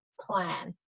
plan